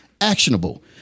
actionable